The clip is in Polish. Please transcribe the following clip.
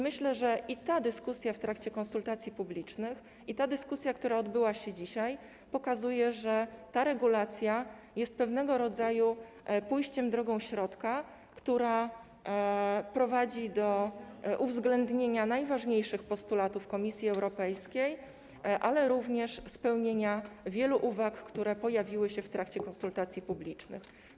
Myślę, że i ta dyskusja w trakcie konsultacji publicznych, i ta dyskusja, która odbyła się dzisiaj, pokazują, że ta regulacja jest pewnego rodzaju pójściem drogą środka, która prowadzi do uwzględnienia najważniejszych postulatów Komisji Europejskiej, ale również spełnienia wielu uwag, które pojawiły się w trakcie konsultacji publicznych.